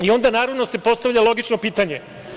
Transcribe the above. I onda se naravno postavlja logično pitanje.